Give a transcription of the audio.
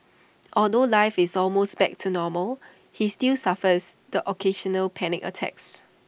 although life is almost back to normal he still suffers the occasional panic attacks